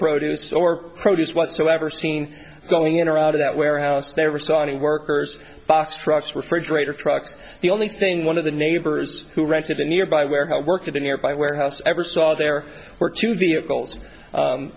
produce or produce whatsoever seen going in or out of that warehouse never saw any workers box trucks refrigerator trucks the only thing one of the neighbors who rented the nearby where i worked at a nearby warehouse ever saw there were two